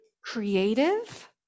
creative